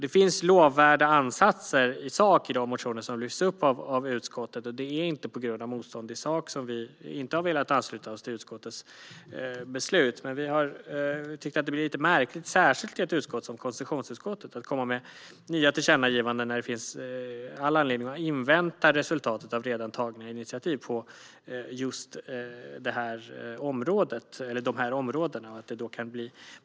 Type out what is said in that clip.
Det finns lovvärda ansatser i de motioner som lyfts upp av utskottet, och det är inte på grund av motstånd i sak som vi i Vänsterpartiet inte har velat ansluta oss till utskottets beslut. Men vi tycker att det blir lite märkligt, särskilt i ett utskott som konstitutionsutskottet, att komma med nya tillkännagivanden när det finns all anledning att invänta resultatet av redan tagna initiativ på just dessa områden.